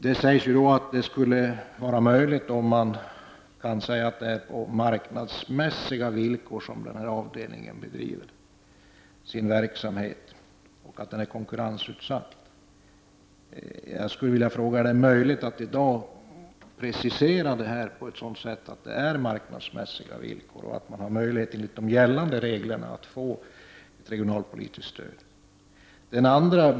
Det står i svaret att det skulle vara möjligt, om avdelningen bedriver sin verksamhet på marknadsmässiga villkor och att den är konkurrensutsatt. Jag skulle vilja fråga: Är det möjligt att i dag precisera verksamheten på det sättet att den bedrivs på marknadsmässiga villkor och att man enligt de gällande reglerna har möjlighet att få regionalpolitiskt stöd?